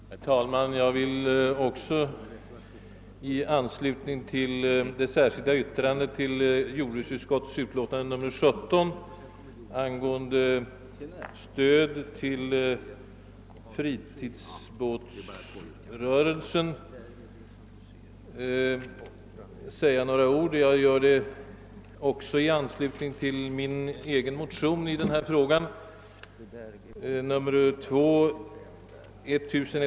Herr talman! Jag skulle också vilja :säga några ord i anslutning till det särskilda yttrande som fogats till jordbruksutskottets utlåtande nr 17 och med anledning av min motion II:1129 angående stöd till fritidsbåtsrörelsen.